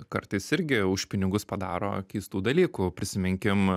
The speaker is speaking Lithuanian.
kartais irgi už pinigus padaro keistų dalykų prisiminkim